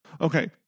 Okay